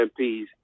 MPs